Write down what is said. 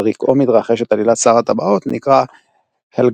על רקעו מתרחשת עלילת "שר הטבעות" נקרא הלגנדריום